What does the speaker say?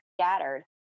scattered